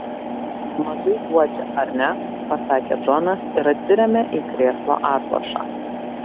mažai guodžia ar ne pasakė džonas ir atsirėmė į krėslo atlošą